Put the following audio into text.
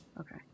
Okay